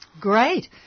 Great